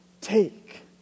Take